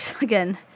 again